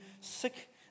sick